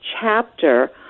chapter